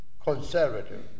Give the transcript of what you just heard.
Conservative